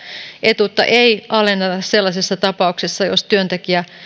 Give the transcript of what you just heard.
etuutta ei alenneta sellaisessa tapauksessa jos työntekijä